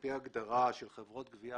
על פי ההגדרה "חברת גבייה",